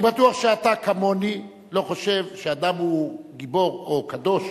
אני בטוח שאתה כמוני לא חושב שאדם הוא גיבור או קדוש